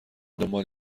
دنبال